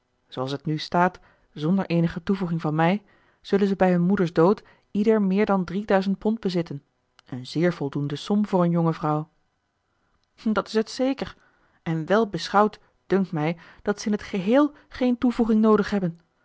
zooals t nu staat zonder eenige toevoeging van mij zullen zij bij hun moeder's dood ieder meer dan drieduizend pond bezitten een zeer voldoende som voor een jonge vrouw dat is het zeker en wèl beschouwd dunkt mij dat ze in t geheel geen toevoeging noodig hebben